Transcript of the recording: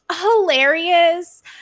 hilarious